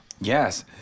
Yes